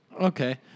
Okay